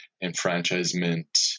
enfranchisement